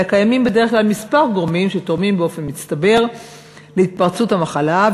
אלא קיימים בדרך כלל כמה גורמים שתורמים באופן מצטבר להתפרצות המחלה.